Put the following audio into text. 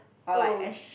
oh